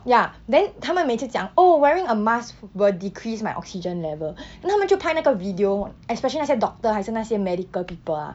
ya then 他们每次讲 oh wearing a mask will decrease my oxygen level 他们就拍那个 video especially 那些 doctor 还是那些 medical people ah